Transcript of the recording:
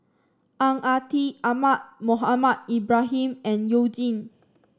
Ang Ah Tee Ahmad Mohamed Ibrahim and You Jin